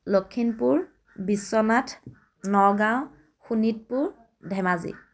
Lakhimpur Biswanath Nagaon Sonitpur Dhemaji